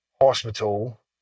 hospital